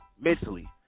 mentally